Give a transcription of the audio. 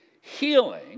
Healing